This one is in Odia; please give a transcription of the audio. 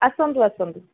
ଆସନ୍ତୁ ଆସନ୍ତୁ